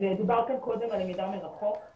אז דובר כאן קודם על למידה מרחוק,